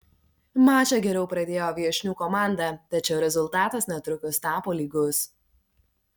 mačą geriau pradėjo viešnių komanda tačiau rezultatas netrukus tapo lygus